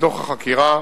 החקירה